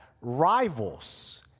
rivals